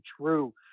true